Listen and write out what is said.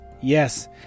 Yes